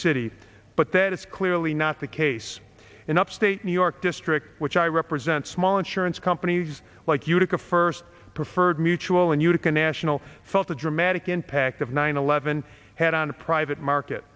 city but that is clearly not the case in upstate new york district which i represent small insurance companies like utica first preferred mutual and utica national felt the dramatic impact of nine eleven had on the private market